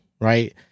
right